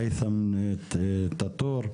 היתם טאטור,